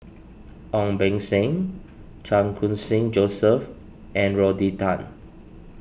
Ong Beng Seng Chan Khun Sing Joseph and Rodney Tan